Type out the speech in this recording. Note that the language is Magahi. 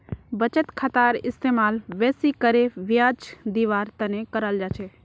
बचत खातार इस्तेमाल बेसि करे ब्याज दीवार तने कराल जा छे